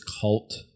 cult